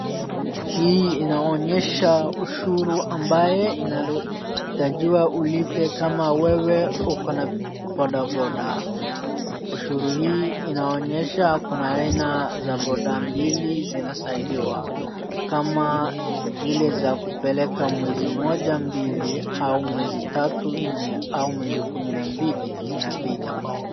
Hii inaonyesha ushuru ambaye inahitajiwa ulipe kama wewe uko na boda boda , ushuru hii inaonyesha kuna aina za boda mbili zinasaidiwa, kama zile za kupeleka mwezi moja mbili, au mwezi tatu nne, au mwezi kumi na mbili, zina bei tofauti.